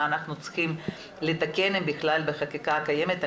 אנחנו צריכים לתקן אם בכלל בחקיקה הקיימת.